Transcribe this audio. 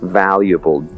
valuable